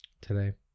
today